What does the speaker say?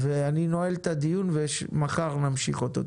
אני נועל את הדיון, מחר נמשיך אותו.